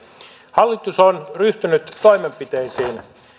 hallitus on ryhtynyt toimenpiteisiin